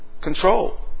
control